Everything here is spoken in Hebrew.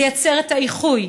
לייצר את האיחוי.